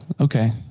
Okay